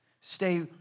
Stay